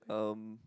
um